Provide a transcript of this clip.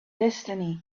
destiny